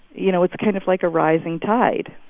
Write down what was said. you know, it's kind of like a rising tide.